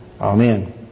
Amen